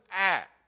act